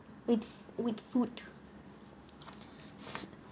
with with food